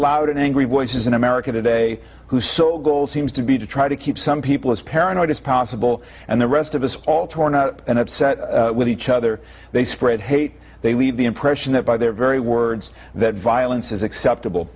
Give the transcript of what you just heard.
loud and angry voices in america today who so goal seems to be to try to keep some people as paranoid as possible and the rest of us all torn up and upset with each other they spread hate they leave the impression that by their very words that violence is acceptable